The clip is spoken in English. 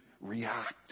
react